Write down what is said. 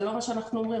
זה לא מה שאנחנו אומרים.